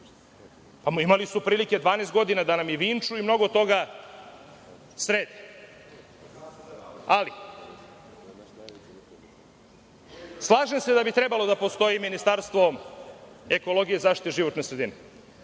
Imali su prilike, 12 godina, da nam i Vinču i mnogo toga srede. Slažem se da bi trebalo da postoji ministarstvo ekologije i zaštite životne sredine.